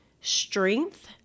strength